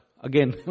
Again